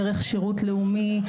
דרך שירות לאומי,